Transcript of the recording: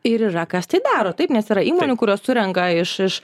ir yra kas tai daro taip nes yra įmonių kurios surenka iš